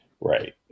Right